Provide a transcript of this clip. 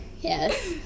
Yes